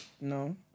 No